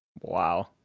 Wow